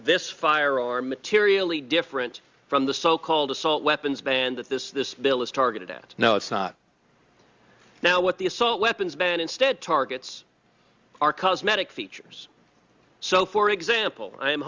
this firearm materially different from the so called assault weapons ban that this this bill is targeted at no it's not now what the assault weapons ban instead targets are cosmetic features so for example i am